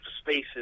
spaces